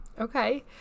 Okay